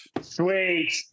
Sweet